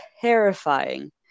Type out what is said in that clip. terrifying